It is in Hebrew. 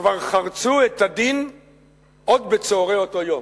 כבר חרצו את הדין עוד בצהרי אותו יום,